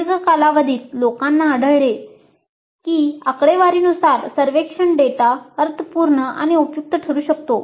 दीर्घ कालावधीत लोकांना आढळले आहे की आकडेवारीनुसार सर्वेक्षण डेटा अर्थपूर्ण आणि उपयुक्त ठरू शकतो